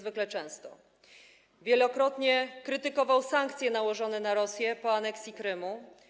Wielokrotnie krytykował sankcje nałożone na Rosję po aneksji Krymu.